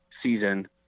season